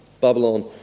Babylon